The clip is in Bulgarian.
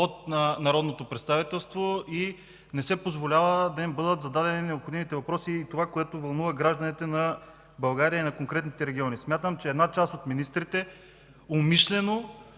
от народното представителство и не се позволява да им бъдат зададени необходимите въпроси – това, което вълнува гражданите на България и на конкретните региони. Смятам, че част от министрите умишлено